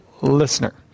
listener